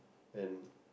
and